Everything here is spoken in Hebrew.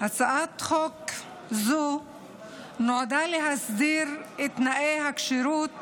הצעת חוק זו נועדה להסדיר את תנאי הכשירות